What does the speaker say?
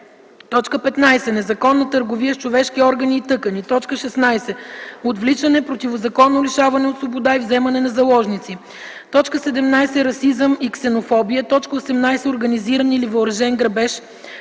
повреда; 15. незаконна търговия с човешки органи и тъкани; 16. отвличане, противозаконно лишаване от свобода и вземане на заложници; 17. расизъм и ксенофобия; 18. организиран или въоръжен грабеж;